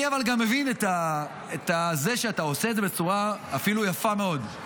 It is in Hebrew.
אבל אני גם מבין שאתה עושה את זה בצורה יפה מאוד,